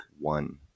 one